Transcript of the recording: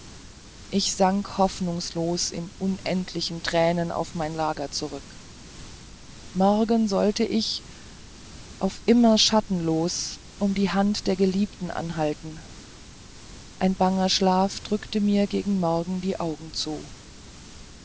ich sank hoffnungslos in unendlichen tränen auf mein lager zurück morgen sollt ich auf immer schattenlos um die hand der geliebten anhalten ein banger schlaf drückte mir gegen den morgen die augen zu